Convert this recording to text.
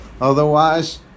Otherwise